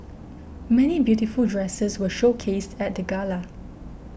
many beautiful dresses were showcased at the gala